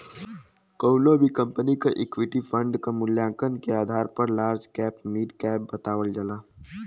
कउनो भी कंपनी क इक्विटी फण्ड क मूल्यांकन के आधार पर लार्ज कैप मिड कैप बतावल जाला